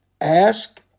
ask